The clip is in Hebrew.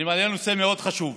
אני מעלה נושא מאוד חשוב,